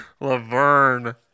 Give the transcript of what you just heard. Laverne